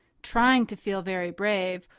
trying to feel very brave,